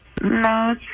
No